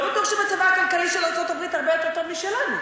לא בטוח שמצבה הכלכלי של ארצות-הברית הרבה יותר טוב משלנו.